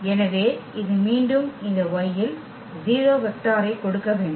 எனவே இது மீண்டும் இந்த Y இல் 0 வெக்டாரைக் கொடுக்க வேண்டும்